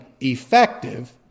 effective